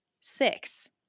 six